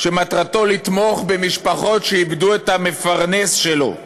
שמטרתו לתמוך במשפחות שאיבדו את המפרנס שלהן,